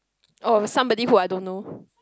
oh somebody who I don't know